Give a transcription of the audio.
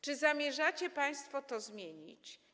Czy zamierzacie państwo to zmienić?